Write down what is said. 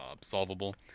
solvable